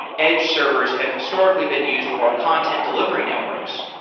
edge servers have historically been used for content delivery networks,